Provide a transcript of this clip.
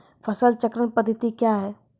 फसल चक्रण पद्धति क्या हैं?